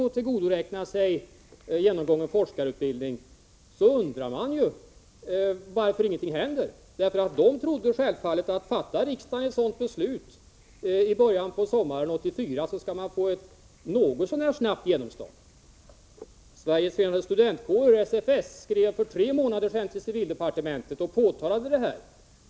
När riksdagen fattade ett beslut med den här inriktningen i början av sommaren 1984 trodde de självfallet att detta skulle få ett något så när snabbt genomslag. Sveriges förenade studentkårer, SFS, skrev för tre månader sedan till civildepartementet och påtalade detta.